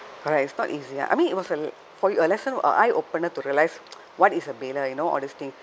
correct it's not easy ah I mean it was a for a lesson a eye opener to realize what is a you know all these thing